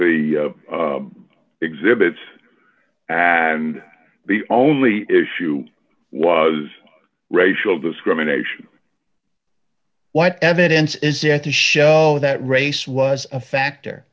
the exhibits and the only issue was racial discrimination what evidence is yet to show that race was a factor